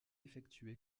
effectué